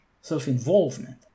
self-involvement